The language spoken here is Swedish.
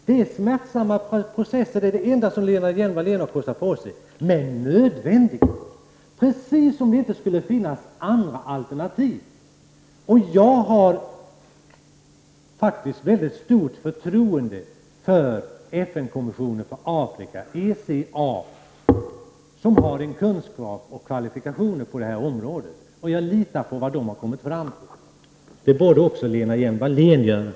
Det enda Lena Hjelm-Wallén kan kosta på sig att säga är att det är en smärtsam, men nödvändig, process. Hon säger det precis som om det inte skulle finnas andra alternativ. Jag har mycket stort förtroende för FN-kommissionen för Afrika, ECA, som har kunskap och kvalifikationer på detta område. Jag litar på vad den har kommit fram till. Det borde också Lena Hjelm-Wallén göra.